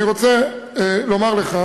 אני רוצה לומר לך